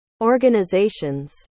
organizations